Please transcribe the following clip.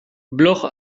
blog